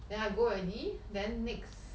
then I go already then next